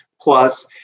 plus